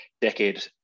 decade